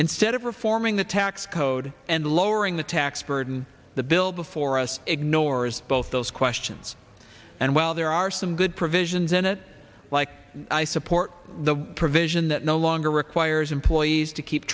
instead of reforming the tax code and lowering the tax burden the bill before us ignores both those questions and while there are some good provisions in it like i support the provision that no longer requires employees to keep